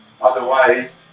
Otherwise